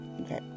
Okay